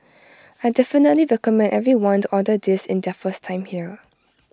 I definitely recommend everyone to order this in their first time here